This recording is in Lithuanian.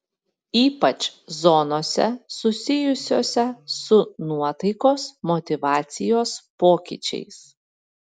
ypač zonose susijusiose su nuotaikos motyvacijos pokyčiais